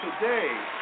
Today